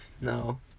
No